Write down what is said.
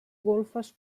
golfes